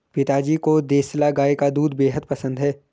पिताजी को देसला गाय का दूध बेहद पसंद है